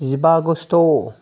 जिबा आगस्त'